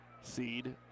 seed